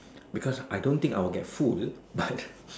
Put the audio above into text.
because I don't think I will get food but